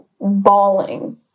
bawling